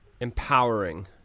Empowering